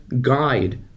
guide